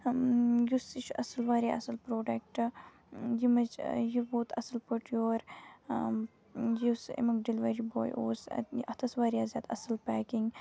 یُس یہِ چھُ اَصٕل واریاہ اَصٕل پرٛوڈکٹ ییٚمِچ یہِ ووت اَصٕل پٲٹھۍ یور یُس اَمیُک ڈِلؤری باے اوس اَتنی اَتھ ٲس واریاہ زیادٕ اَصٕل پیکِنٛگ